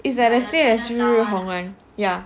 is that the same as 日月红 [one]